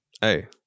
hey